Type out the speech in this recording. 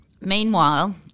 Meanwhile